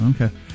okay